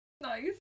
Nice